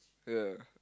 yeah